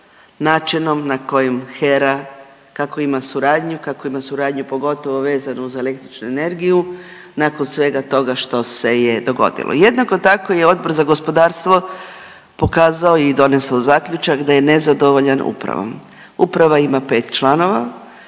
načinom na koji HERA kako ima suradnju, kako ima suradnju pogotovo vezano za električnu energiju nakon svega toga što se je dogodilo. Jednako tako je Odbor za gospodarstvo pokazao i donesao zaključak da je nezadovoljan upravom. Upravo ima pet članova,